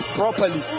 properly